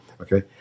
Okay